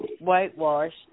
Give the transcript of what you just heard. whitewashed